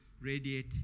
radiate